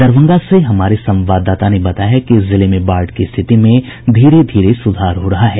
दरभंगा से हमारे संवाददाता ने बताया है कि जिले में बाढ़ की स्थिति में धीरे धीरे सुधार हो रहा है